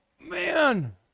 man